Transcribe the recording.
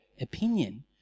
opinion